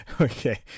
Okay